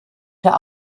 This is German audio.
der